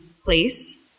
place